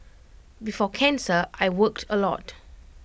before cancer I worked A lot